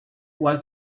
what